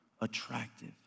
attractive